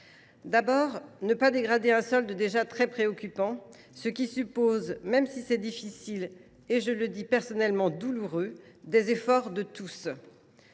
d’abord, il ne faut pas dégrader un solde déjà très préoccupant, ce qui suppose, même si c’est difficile et, je le dis à titre personnel, douloureux, des efforts de tous.